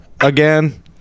again